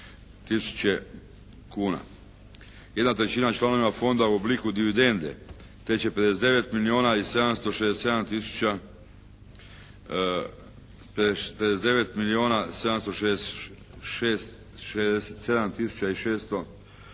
trećina članovima Fonda u obliku dividende te će 59 milijuna